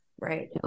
right